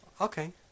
okay